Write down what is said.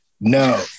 No